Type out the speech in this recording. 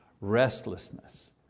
restlessness